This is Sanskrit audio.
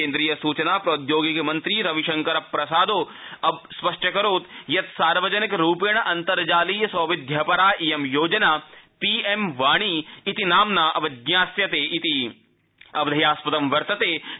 केन्द्रीय सूचना प्रौद्योगिकी मन्त्री रविशंकर प्रसादो स्पष्टमकरोत् यत् सार्वजिनक रूपेण अन्तर्जालीय सौविध्यपरा इयं योजना पी श्रे वाणी इति नाम्ना अवज्ञास्यते इति